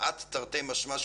כמעט תרתי משמע,